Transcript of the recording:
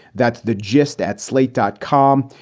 that's the gist at slate dot com.